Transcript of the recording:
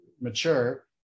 mature